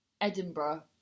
Edinburgh